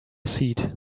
seed